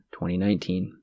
2019